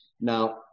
Now